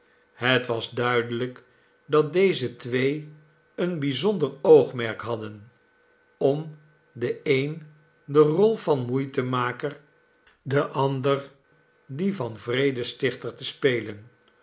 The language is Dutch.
het was duidelijk dat deze twee een bijzonder oogmerk hadden om de een de rol van moeitemaker de ander die van vredestichter te spelen